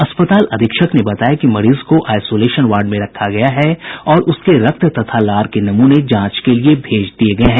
अस्पताल अधीक्षक ने बताया कि मरीज को आइसोलेशन वार्ड में रखा गया है और उसके रक्त और लार के नमूने जांच के लिये भेज दिये गये हैं